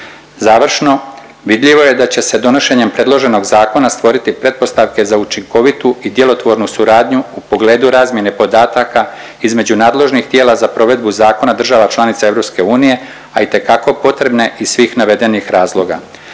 Završno vidljivo je da će se donošenjem predloženog zakona stvoriti pretpostavke za učinkovitu i djelotvornu suradnju u pogledu razmjene podataka između nadležnih tijela za provedbu zakona država članica EU, a itekako potrebne iz svih navedenih razloga.